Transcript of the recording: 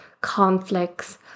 conflicts